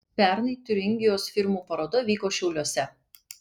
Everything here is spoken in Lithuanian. pernai tiuringijos firmų paroda vyko šiauliuose